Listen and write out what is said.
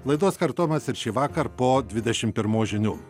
laidos kartojimas ir šįvakar po dvidešim pirmos žinių